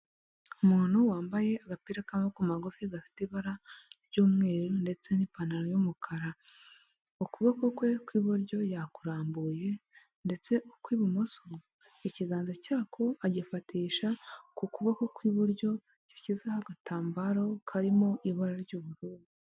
Umuntu wambaye agapira k'amaboko magufi gafite ibara ry'umweru ndetse n'ipantaro y'umukara, ukuboko kwe kw'iburyo yakurambuye, ndetse ukw'ibumoso ikiganza cyako agifatisha ku kuboko kw'iburyo, gishyizeho agatambaro karimo ibara ry'ubururu.